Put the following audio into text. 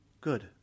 Good